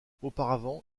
auparavant